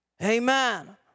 Amen